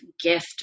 gift